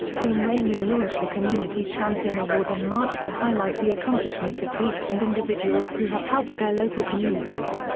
queen rania launched a community champion award in march to highlight the accomplishments of groups and individuals who have helped their local communities.